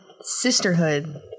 sisterhood